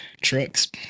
trucks